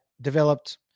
developed